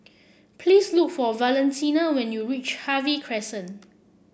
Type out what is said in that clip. please look for Valentina when you reach Harvey Crescent